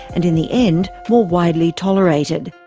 and in the end, more widely tolerated.